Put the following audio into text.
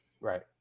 right